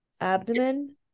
abdomen